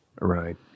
Right